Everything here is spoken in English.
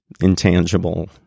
intangible